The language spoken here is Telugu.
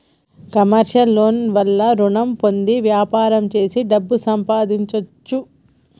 కమర్షియల్ లోన్ ల వల్ల రుణం పొంది వ్యాపారం చేసి డబ్బు సంపాదించొచ్చు